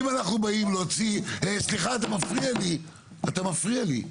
אם אנחנו באים להוציא סליחה אתה מפריע לי אתה מפריע לי,